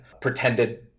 pretended